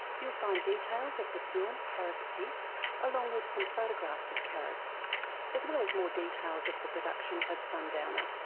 you'll find details of the film caris' peace along with some photographs of caris as well as more details of the production of sundowner.